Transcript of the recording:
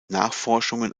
nachforschungen